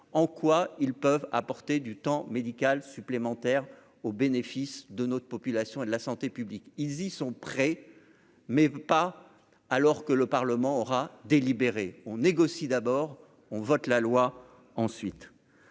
en quoi ils peuvent apporter du temps médical supplémentaires au bénéfice de notre population et de la santé publique, ils y sont prêts, mais pas alors que le Parlement aura délibéré, on négocie d'abord on vote la loi ensuite